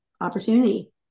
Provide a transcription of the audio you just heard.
opportunity